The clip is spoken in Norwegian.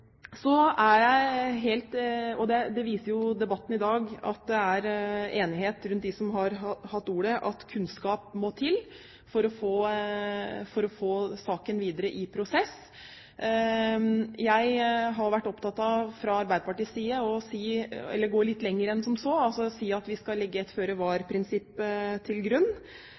Debatten i dag viser at det er enighet blant dem som har hatt ordet, om at kunnskap må til for å få saken videre i prosess. Jeg har fra Arbeiderpartiets side vært opptatt av å gå litt lenger enn som så, ved å si at vi skal legge et føre-var-prinsipp til grunn.